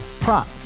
prop